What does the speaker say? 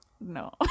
no